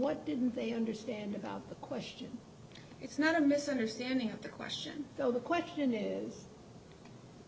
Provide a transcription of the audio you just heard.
what didn't they understand about the question it's not a misunderstanding of the question though the question is